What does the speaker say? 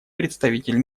представитель